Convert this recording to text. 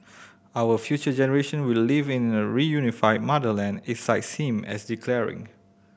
our future generation will live in a reunified motherland it cites him as declaring